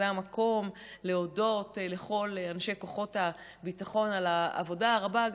זה המקום להודות לכל אנשי כוחות הביטחון על העבודה הרבה,